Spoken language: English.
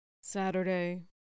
Saturday